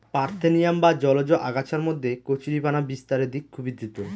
parthenium বা জলজ আগাছার মধ্যে কচুরিপানা বিস্তারের দিক খুবই দ্রূত